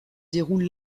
déroule